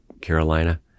Carolina